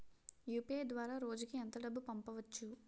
UPI ద్వారా రోజుకి ఎంత డబ్బు పంపవచ్చు?